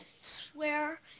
Swear